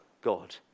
God